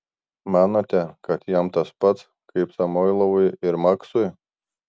manote kad jam tas pat kaip samoilovui ir maksui